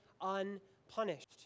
unpunished